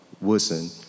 Woodson